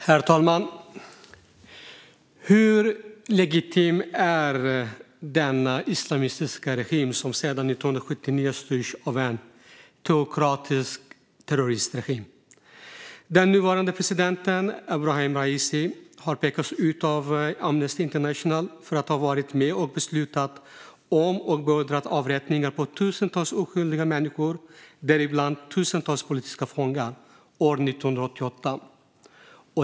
Herr talman! Hur legitim är denna islamistiska republik som sedan 1979 styrs av en teokratisk terroristregim? Den nuvarande presidenten Ebrahim Raisi har av Amnesty International pekats ut för att ha varit med och beslutat om och beordrat avrättningar av tusentals oskyldiga människor, däribland tusentals politiska fångar år 1988.